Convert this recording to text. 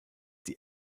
die